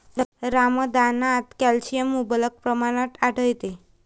रमदानात कॅल्शियम मुबलक प्रमाणात आढळते